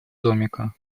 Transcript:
домика